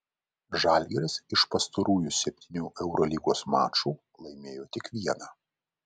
žalgiris iš pastarųjų septynių eurolygos mačų laimėjo tik vieną